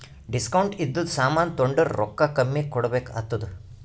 discount ಇದ್ದಿದು ಸಾಮಾನ್ ತೊಂಡುರ್ ರೊಕ್ಕಾ ಕಮ್ಮಿ ಕೊಡ್ಬೆಕ್ ಆತ್ತುದ್